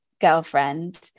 girlfriend